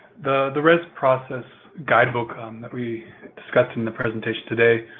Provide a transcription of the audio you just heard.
the the rez process guidebook um that we discussed in the presentation today